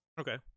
Okay